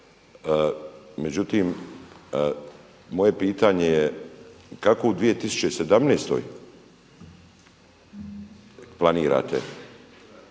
Međutim moje pitanje je kako u 2017. planirate